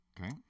Okay